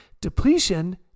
depletion